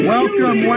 Welcome